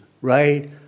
Right